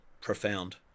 profound